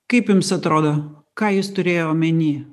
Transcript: kaip jums atrodo ką jis turėjo omeny